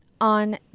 On